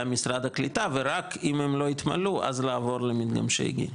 למשרד הקליטה ורק אם הם לא יתמלאו אז לעבור למתגמשי גיל,